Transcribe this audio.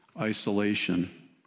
isolation